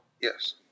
yes